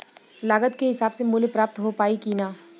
लागत के हिसाब से मूल्य प्राप्त हो पायी की ना?